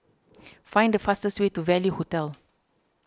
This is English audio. find the fastest way to Value Hotel